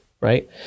right